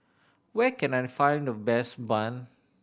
where can I find the best bun